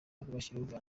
rwashyiriweho